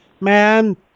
man